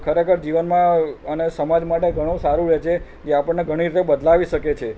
ખરેખર જીવનમાં અને સમાજ માટે ઘણું સારું રહે છે જે આપણને ઘણી રીતે બદલાવી શકે છે